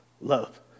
love